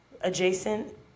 adjacent